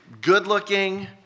good-looking